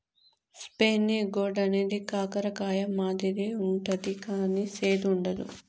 spiny gourd అనేది కాకర కాయ మాదిరి ఉంటది కానీ సేదు ఉండదు